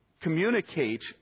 communicate